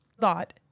thought